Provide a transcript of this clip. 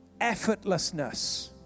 effortlessness